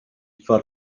for